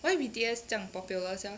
why B_T_S 这样 popular sia